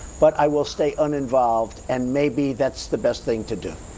but i will stay uninvolved, and maybe that's the best thing to do.